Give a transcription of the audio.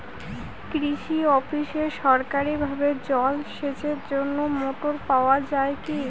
কৃষি অফিসে সরকারিভাবে জল সেচের জন্য মোটর পাওয়া যায় কি?